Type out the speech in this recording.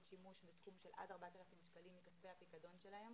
שימוש בסכום של עד 4,000 שקלים מכספי הפיקדון שלהם